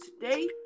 today